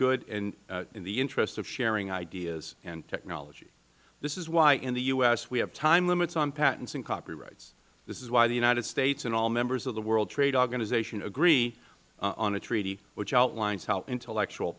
good in the interest of sharing ideas and technology this is why in the u s we have time limits on patents and copyrights this is why the united states and all members of the world trade organization agree on the treaty which outlines how intellectual